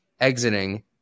exiting